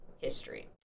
history